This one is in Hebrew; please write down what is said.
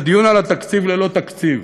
הדיון על התקציב ללא תקציב,